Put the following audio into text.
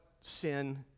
sin